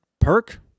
Perk